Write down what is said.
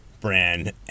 brand